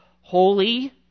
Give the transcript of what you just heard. holy